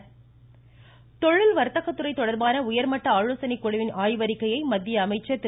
பியூஷ் கோயல் தொழில் வாத்தக துறை தொடர்பான உயர்மட்ட ஆலோசனைக்குழுவின் ஆய்வறிக்கையை மத்திய அமைச்சர் திரு